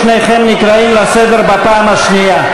שניכם נקראים לסדר בפעם הראשונה.